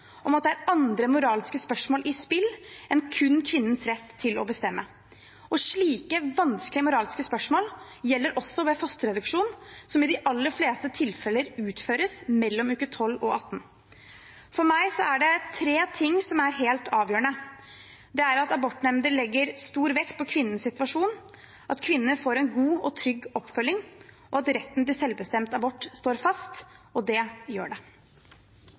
om at det er andre moralske spørsmål i spill enn kun kvinnens rett til å bestemme. Slike vanskelige moralske spørsmål gjelder også ved fosterreduksjon, som i de aller fleste tilfeller utføres mellom uke 12 og 18. For meg er det tre ting som er helt avgjørende: Det er at abortnemnder legger stor vekt på kvinnens situasjon, at kvinnen får en god og trygg oppfølging, og at retten til selvbestemt abort står fast, og det gjør den. Det